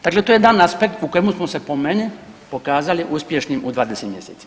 Dakle, to je jedan aspekt u kojemu smo se po meni pokazali uspješnim u 20 mjeseci.